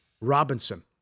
Robinson